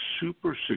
super